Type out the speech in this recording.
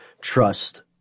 Trust